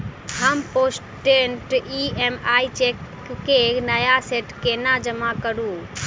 हम postdated EMI cheque केँ नया सेट केना जमा करू?